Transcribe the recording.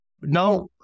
Now